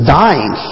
dying